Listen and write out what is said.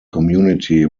community